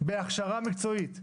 בהכשרה מקצועית.